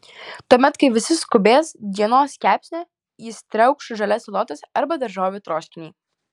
tuomet kai visi skubės dienos kepsnio jis triaukš žalias salotas arba daržovių troškinį